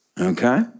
okay